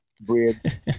bread